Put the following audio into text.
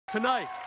Tonight